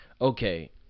okay